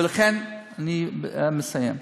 ולכן, אני מסיים,